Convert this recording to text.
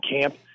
camp